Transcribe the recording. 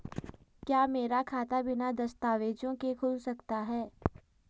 क्या मेरा खाता बिना दस्तावेज़ों के खुल सकता है?